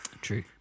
True